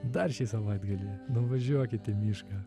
dar šį savaitgalį nuvažiuokit į mišką